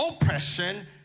oppression